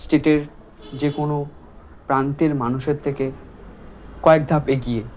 স্টেটের যেকোনো প্রান্তের মানুষের থেকে কয়েক ধাপ এগিয়ে